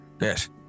yes